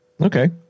Okay